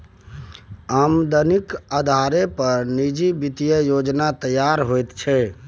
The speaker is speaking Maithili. आमदनीक अधारे पर निजी वित्तीय योजना तैयार होइत छै